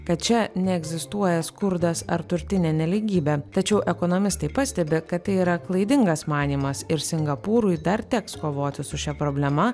kad čia neegzistuoja skurdas ar turtinė nelygybė tačiau ekonomistai pastebi kad tai yra klaidingas manymas ir singapūrui dar teks kovoti su šia problema